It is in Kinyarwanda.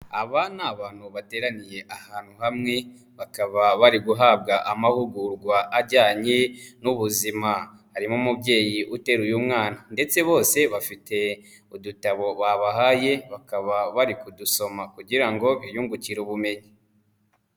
Aba ni abantu bateraniye ahantu hamwe bakaba bari guhabwa amahugurwa ajyanye n'ubuzima, harimo umubyeyi uteruye mwana ndetse bose bafite udutabo babahaye bakaba bari kudusoma kugira ngo biyungukire ubumenyi.